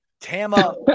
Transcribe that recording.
Tama